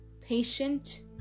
patient